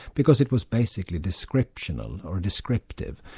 because it was basically descriptional or descriptive.